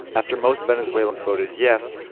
after most venezuelans voted yes,